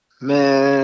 Man